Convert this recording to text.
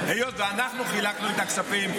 היות שאנחנו חילקנו את הכספים,